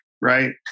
right